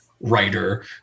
writer